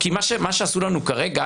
מה שעשו לנו כרגע,